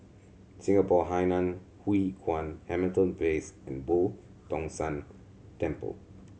Singapore Hainan Hwee Kuan Hamilton Place and Boo Tong San Temple